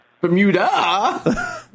Bermuda